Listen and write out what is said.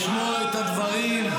לשמוע את הדברים.